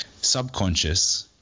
subconscious